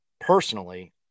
personally